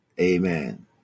Amen